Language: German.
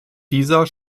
dieser